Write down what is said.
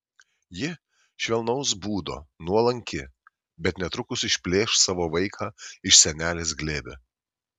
ji švelnaus būdo nuolanki bet netrukus išplėš savo vaiką iš senelės glėbio